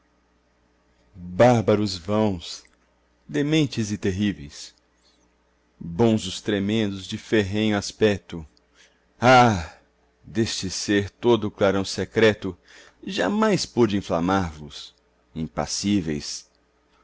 bárbaros vãos dementes e terríveis bonzos tremendos de ferrenho aspeto ah deste ser todo o clarão secreto jamais pôde inflamar vos impassíveis